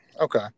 Okay